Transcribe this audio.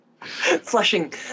flushing